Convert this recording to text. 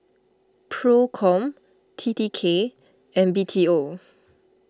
Procom T T K and B T O